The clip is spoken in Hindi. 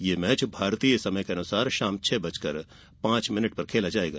यह मैच भारतीय समय के अनुसार शाम छह बजकर पांच मिनट से होगा